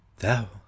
thou